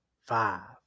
Five